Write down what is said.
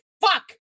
Fuck